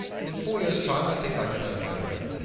and in four years' time i think i can earn my bread.